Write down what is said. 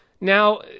Now